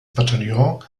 bataillon